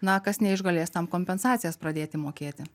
na kas neišgalės tam kompensacijas pradėti mokėti